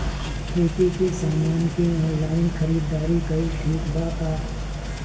खेती के समान के ऑनलाइन खरीदारी कइल ठीक बा का?